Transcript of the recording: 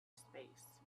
space